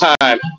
time